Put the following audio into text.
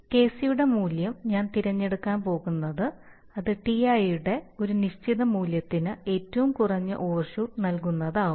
Kc യുടെ മൂല്യം ഞാൻ തിരഞ്ഞെടുക്കാൻ പോകുന്നത് അത് Tiയുടെ ഒരു നിശ്ചിത മൂല്യത്തിന് ഏറ്റവും കുറഞ്ഞ ഓവർഷൂട്ട് നൽകുന്നൽതാവും